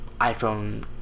iPhone